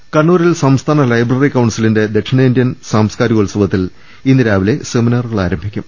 പുറപ്പെട്ടത്ത കണ്ണൂരിൽ സംസ്ഥാന ലൈബ്രറി കൌൺസിലിന്റെ ദക്ഷിണേന്ത്യൻ സാംസ്കാരികോത്സവത്തിൽ ഇന്ന് രാവിലെ സെമിനാറുകൾ ആരംഭിക്കും